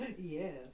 Yes